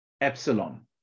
epsilon